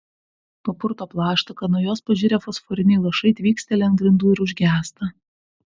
papurto plaštaką nuo jos pažirę fosforiniai lašai tvyksteli ant grindų ir užgęsta